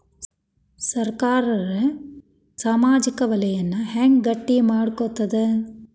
ಸರ್ಕಾರಾ ಸಾಮಾಜಿಕ ವಲಯನ್ನ ಹೆಂಗ್ ಗಟ್ಟಿ ಮಾಡ್ಕೋತದ?